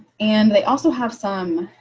and they also have some